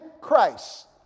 Christ